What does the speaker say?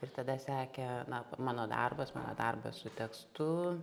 ir tada sekė na mano darbas mano darbas su tekstu